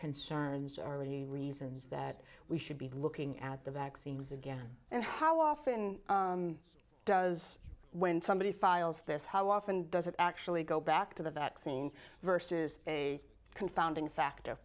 concerns are you reasons that we should be looking at the vaccines again and how often does when somebody files this how often does it actually go back to the vaccine versus a confounding factor